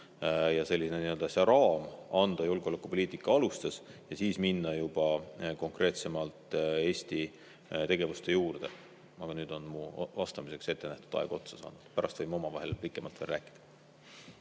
–, selline raam anda julgeolekupoliitika alustes ja siis minna juba konkreetsemalt Eesti tegevuste juurde. Aga nüüd on mu vastamiseks ettenähtud aeg otsa saanud, pärast võime omavahel pikemalt rääkida.